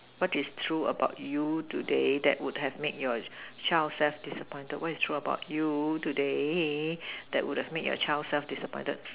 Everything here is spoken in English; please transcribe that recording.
what is true about you today that would have made your child self disappointed what is true about you today that would have made your child self disappointed